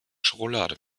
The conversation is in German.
schokolade